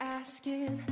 asking